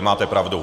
Máte pravdu.